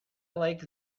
like